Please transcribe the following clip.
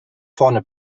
vorne